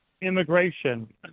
immigration